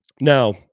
Now